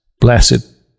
blessed